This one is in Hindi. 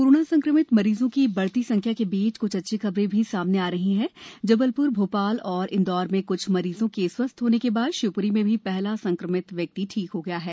कोरोना संक्रमित मरीजों की बढ़ती संख्या के बीच कछ अच्छी खबरें भी सामने आ रही हैं जबलप्र भोपाल और इंदौर में क्छ मरीजों के स्वस्थ होने के बाद शिवप्री में भी पहला संक्रमित व्यक्ति ठीक हो गया है